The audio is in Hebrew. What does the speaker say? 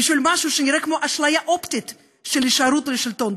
בשביל משהו שנראה כמו אשליה אופטית של הישארות בשלטון.